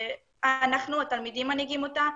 אנחנו התלמידים מנהיגים אותה,